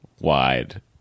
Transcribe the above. wide